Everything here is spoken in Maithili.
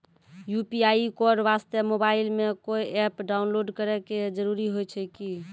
यु.पी.आई कोड वास्ते मोबाइल मे कोय एप्प डाउनलोड करे के जरूरी होय छै की?